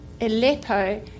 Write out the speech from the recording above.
Aleppo